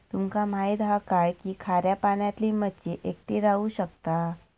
तुमका माहित हा काय की खाऱ्या पाण्यातली मच्छी एकटी राहू शकता